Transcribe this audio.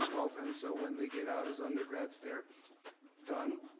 twelfth, and so when they get out as undergrads, they're done?